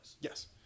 Yes